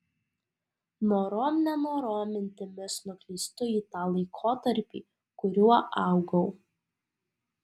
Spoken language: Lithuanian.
norom nenorom mintimis nuklystu į tą laikotarpį kuriuo augau